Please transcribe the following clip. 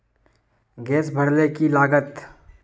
Gas भरले की लागत?